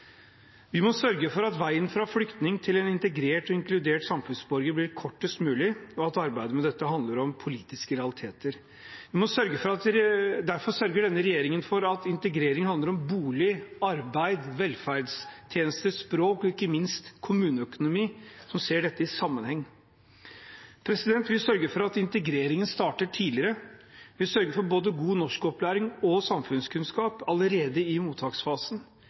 Vi må sørge for at veien fra flyktning til en integrert og inkludert samfunnsborger blir kortest mulig, og arbeidet med dette handler om politiske realiteter. Derfor sørger denne regjeringen for at integrering handler om bolig, arbeid, velferdstjenester, språk og ikke minst kommuneøkonomi, som ser dette i sammenheng. Vi sørger for at integreringen starter tidligere. Vi sørger for både god norskopplæring og samfunnskunnskap allerede i mottaksfasen.